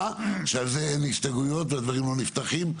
שעל זה אין הסתייגויות והדברים לא נפתחים.